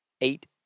eight